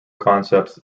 concepts